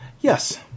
Yes